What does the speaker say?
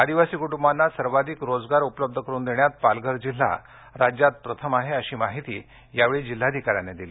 आदिवासी कुटुंबाना सर्वाधिक रोजगार उपलब्ध करून देण्यात पालघर जिल्हा राज्यात प्रथम आहे अशी माहिती यावेळी जिल्हाधिकार्यांनी दिली